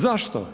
Zašto?